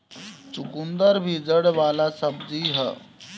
चुकंदर भी जड़ वाला सब्जी हअ